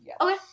Okay